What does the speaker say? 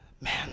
man